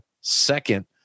second